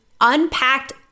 unpacked